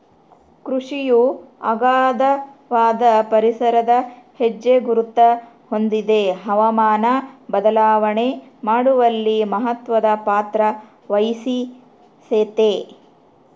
ಕೃಷಿಯು ಅಗಾಧವಾದ ಪರಿಸರದ ಹೆಜ್ಜೆಗುರುತ ಹೊಂದಿದೆ ಹವಾಮಾನ ಬದಲಾವಣೆ ಮಾಡುವಲ್ಲಿ ಮಹತ್ವದ ಪಾತ್ರವಹಿಸೆತೆ